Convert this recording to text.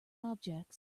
objects